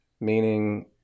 meaning